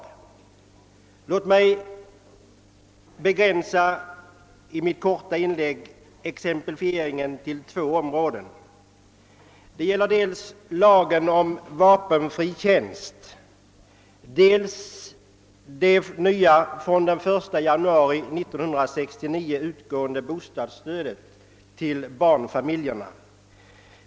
Låt mig här i mitt korta inlägg begränsa exemplifieringen till två områden. Det ena är lagen om vapenfri tjänst, det andra det nya och från den 1 januari 1969 utgående bostadsstödet till barnfamiljerna.